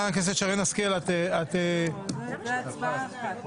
זאת הצבעה אחת.